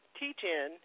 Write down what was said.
teach-in